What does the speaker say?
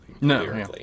No